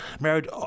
married